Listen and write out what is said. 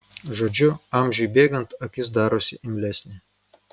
žodžiu amžiui bėgant akis darosi imlesnė